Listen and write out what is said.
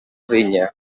vinya